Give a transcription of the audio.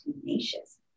tenacious